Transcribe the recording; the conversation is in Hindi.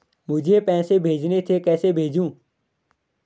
मुझे पैसे भेजने थे कैसे भेजूँ?